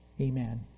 Amen